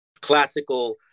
classical